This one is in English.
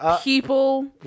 people